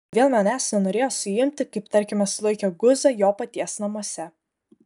kodėl manęs nenorėjo suimti kaip tarkime sulaikė guzą jo paties namuose